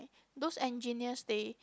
those engineers they